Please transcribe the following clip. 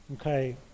Okay